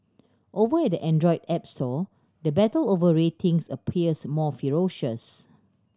over at the Android app store the battle over ratings appears more ferocious